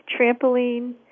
trampoline